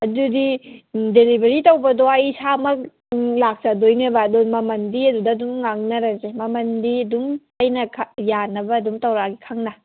ꯑꯗꯨꯗꯤ ꯗꯤꯂꯤꯕꯔꯤ ꯇꯧꯕꯗ ꯑꯩ ꯏꯁꯥꯃꯛ ꯂꯥꯛꯆꯗꯣꯏꯅꯦꯕ ꯑꯗꯣ ꯃꯃꯜꯗꯤ ꯑꯗꯨꯗ ꯑꯗꯨꯝ ꯉꯥꯡꯅꯔꯁꯦ ꯃꯃꯜꯗꯤ ꯑꯗꯨꯝ ꯑꯩꯅ ꯌꯥꯅꯕ ꯑꯗꯨꯝ ꯇꯧꯔꯛꯑꯅꯤ ꯈꯪꯅ